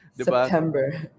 September